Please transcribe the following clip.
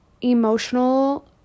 emotional